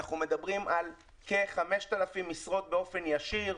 אנחנו מדברים על כ-5,000 משרות באופן ישיר,